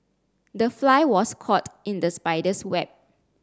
the fly was caught in the spider's web